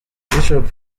bishop